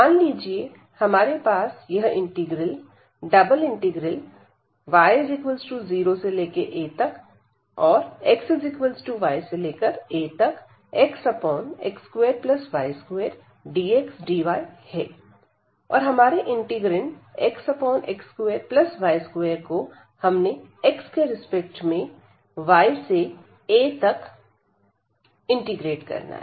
मान लीजिए हमारे पास यह इंटीग्रल y0axyaxx2y2dxdy है और हमारे इंटीग्रैंड xx2y2 को हमने x के रिस्पेक्ट में y से a इंटीग्रेट करना है